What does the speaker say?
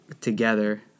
together